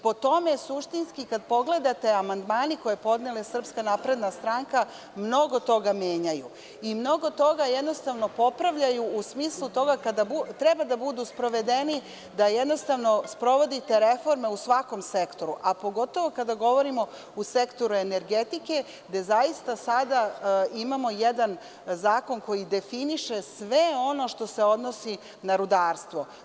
Po tome, suštinski kada pogledate, amandmani koje je podnela SNS mnogo toga menjaju i mnogo toga popravljaju u smislu toga kada treba da budu sprovedeni, da jednostavno sprovodite reforme u svakom sektoru, a pogotovo kada govorimo o sektoru energetike, gde zaista sada imamo jedan zakon koji definiše sve ono što se odnosi na rudarstvo.